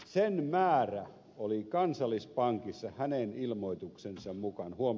sen määrä oli kansallispankissa hänen ilmoituksensa mukaan huom